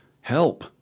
Help